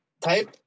type